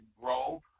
grow